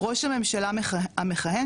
"ראש הממשלה המכהן,